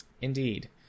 Indeed